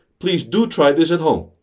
please do try this at home!